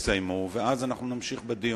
ואז נמשיך בדיון.